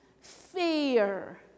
fear